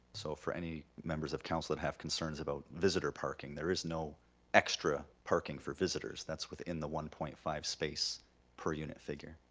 so for any members of council that have concerns about visitor parking, there is no extra parking for visitors, that's within the one point five space per unit figure.